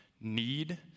need